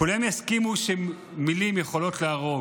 כולם יסכימו שמילים יכולות להרוג.